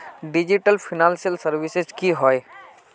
Digital financial services की होय?